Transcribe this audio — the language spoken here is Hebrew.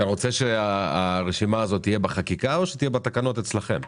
אתה רוצה שהרשימה הזאת תהיה בחקיקה או בתקנות אצלכם?